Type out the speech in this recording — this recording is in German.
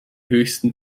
höchsten